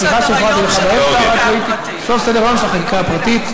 לסוף סדר-היום של החקיקה הפרטית.